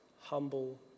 humble